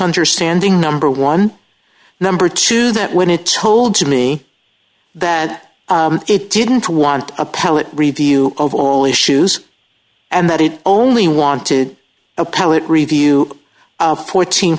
understanding number one number two that when it told to me that it didn't want appellate review of all issues and that it only wanted appellate review of fourteen